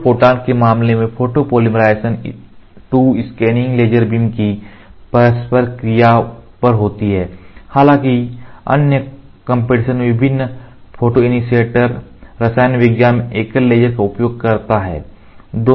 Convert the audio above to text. दो फोटॉन के मामले में फोटोपॉलीमराइज़ेशन 2 स्कैनिंग लेजर बीम की परस्पर क्रिया पर होता है हालांकि अन्य कॉन्फ़िगरेशन विभिन्न फोटोइनीशिएटर रसायन विज्ञान में एकल लेजर का उपयोग करता है